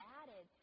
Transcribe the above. added